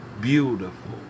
beautiful